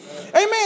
Amen